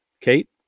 Kate